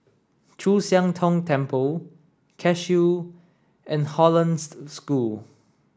Chu Siang Tong Temple Cashew and Hollandse School